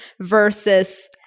versus